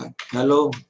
Hello